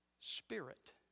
spirit